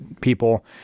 people